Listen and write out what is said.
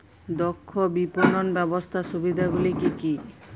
দক্ষ বিপণন ব্যবস্থার সুবিধাগুলি কি কি?